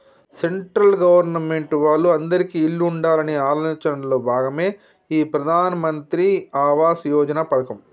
central government వాళ్ళు అందిరికీ ఇల్లు ఉండాలనే ఆలోచనలో భాగమే ఈ ప్రధాన్ మంత్రి ఆవాస్ యోజన పథకం